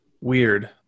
weird